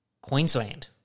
Queensland